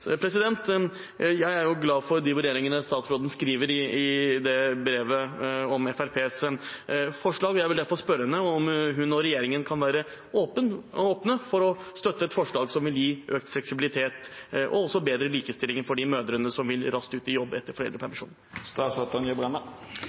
Jeg er glad for de vurderingene statsråden har i det brevet om Fremskrittspartiets forslag. Jeg vil derfor spørre henne om hun og regjeringen kan være åpne for å støtte et forslag som vil gi økt fleksibilitet og bedre likestillingen for de mødrene som vil raskt ut i jobb etter